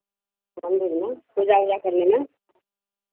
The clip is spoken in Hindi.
मंदिर में पूजा ऊजा करने में